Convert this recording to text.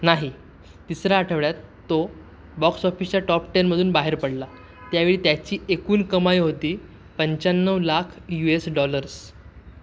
नाही तिसर्या आठवड्यात तो बॉक्स ऑफिसच्या टॉप टेनमधून बाहेर पडला त्यावेळी त्याची एकूण कमाई होती पंच्याण्णव लाख यू एस डॉलर्स